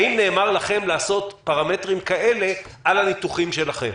האם נאמר לכם לעשות פרמטרים כאלה על הניתוחים שלכם?